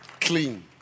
Clean